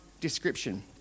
description